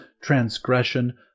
transgression